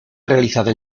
realizada